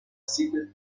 seated